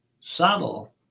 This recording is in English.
subtle